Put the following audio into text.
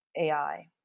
AI